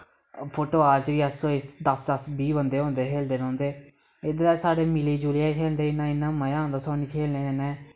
foot बाल च बी अस दस दस बीह् बंदे होंदे खेलदे रौंह्दे इद्धर साढ़ै मिली जुलियै खेलदे इन्ना इ'न्ना मज़ा औंदा सानू खेलने कन्नै